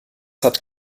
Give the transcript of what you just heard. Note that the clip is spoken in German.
hat